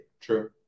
True